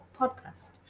podcast